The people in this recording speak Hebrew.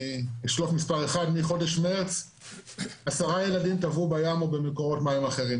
אני אשלוף מספר אחד: מחודש מרץ 10 ילדים טבעו בים או במקורות מים אחרים,